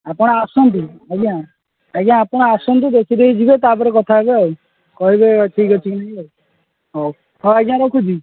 ଆପଣ ଆସନ୍ତୁ ଆଜ୍ଞା ଆଜ୍ଞା ଆପଣ ଆସନ୍ତୁ ଦେଖିଦେଇ ଯିବେ ତା'ପରେ କଥା ହେବେ ଆଉ କହିବେ ଠିକ୍ ଅଛି କି ନାହିଁ ହଉ ହଉ ଆଜ୍ଞା ରଖୁଛି